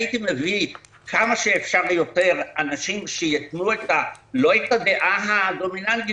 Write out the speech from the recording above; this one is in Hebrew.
הייתי מביא כמה שאפשר יותר אנשים שיתנו לא את הדעה הדומיננטית.